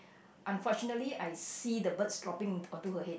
unfortunately I see the birds dropping onto her head